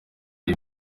uyu